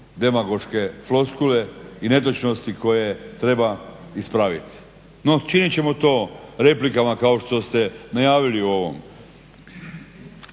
demagoške floskule i netočnosti koje treba ispraviti. No činit ćemo to replikama kao što ste najavili u ovom